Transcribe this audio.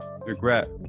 Regret